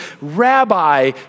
Rabbi